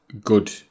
good